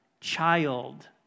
child